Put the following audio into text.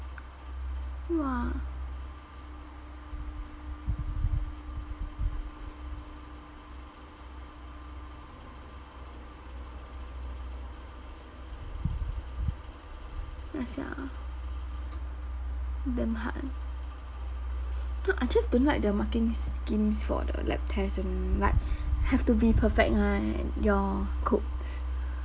!wah! ya sia damn hard no I just don't like the marking schemes for the lab test only like have to be perfect right your codes